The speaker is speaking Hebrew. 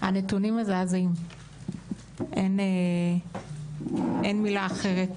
הנתונים מזעזעים, אין מילה אחרת,